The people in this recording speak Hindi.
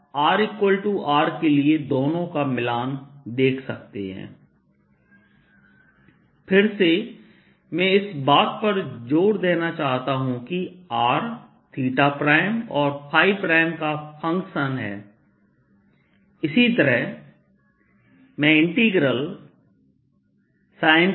sinsinϕr Rds4π3R3r2sinθ sinϕ for r≥R sinsinϕr Rds4π3rsinθ sinϕ for r≤R फिर से मैं इस बात पर जोर देना चाहता हूं कि R और ɸ का फंक्शन है इसी तरह मैं इंटीग्रलsincosϕ